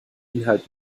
inhalt